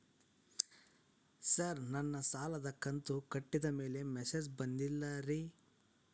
sir ನನ್ನ ಸಾಲದ ಕಂತು ಕಟ್ಟಿದಮೇಲೆ ಮೆಸೇಜ್ ಬಂದಿಲ್ಲ ರೇ